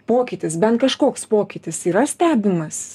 pokytis bent kažkoks pokytis yra stebimas